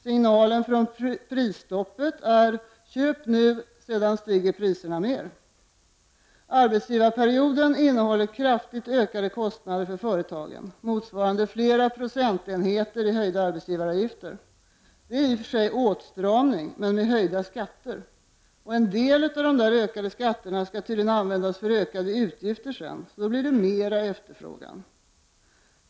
Signalen från prisstoppet är: Köp nu — sedan stiger priserna mer. Arbetsgivarperioden innebär kraftigt ökade kostnader för företa gen, motsvarande flera procentenheter i höjda arbetsgivaravgifter. Det är i och för sig en åtstramning, men med höjda skatter som följd. En del av de höjda skatterna skulle sedan användas för ökade utgifter, och då blir efterfrågan ännu större.